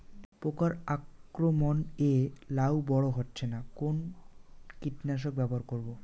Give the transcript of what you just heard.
পোকার আক্রমণ এ লাউ বড় হচ্ছে না কোন কীটনাশক ব্যবহার করব?